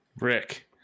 Rick